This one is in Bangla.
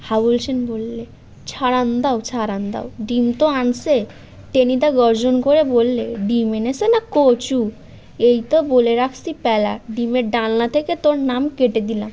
হাবুল সেন বলল ছাড়ান দাও ছাড়ান দাও ডিম তো আনসে টেনিদা গর্জন করে বলল ডিম এনেছে না কচু এই তো বলে রাখছি প্যালা ডিমের ডালনা থেকে তোর নাম কেটে দিলাম